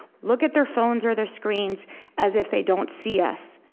look at their phones or their screens as if they don't see us.